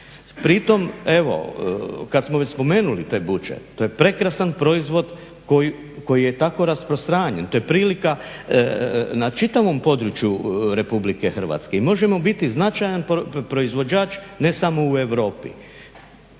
Pri tom evo kada smo već spomenuli te buče, to je prekrasan proizvod koji je tako rasprostranjen, to je prilika na čitavom području RH i možemo biti značajan proizvođač ne samo u Europi.